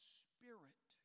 spirit